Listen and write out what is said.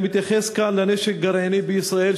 אני מתייחס כאן לנשק גרעיני בישראל,